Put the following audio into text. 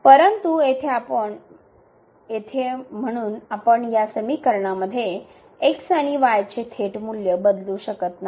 परंतु येथे म्हणून आपण या समीकरणामध्ये x आणि y चे थेट मूल्य बदलू शकत नाही